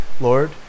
Lord